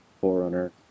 forerunner